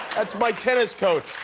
that's my tennis coach.